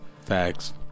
Facts